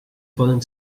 poden